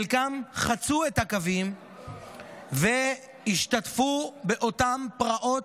חלקם, חצו את הקווים והשתתפו באותן פרעות,